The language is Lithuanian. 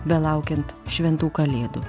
belaukiant šventų kalėdų